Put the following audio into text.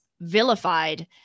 vilified